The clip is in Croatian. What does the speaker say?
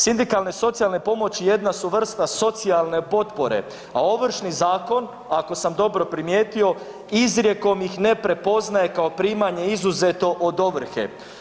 Sindikalne socijalne pomoći jedna su vrsta socijalne potpore, a Ovršni zakon, ako sam dobro primijetio, izrijekom ih ne prepoznaje kao primanje izuzeto od ovrhe.